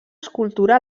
escultura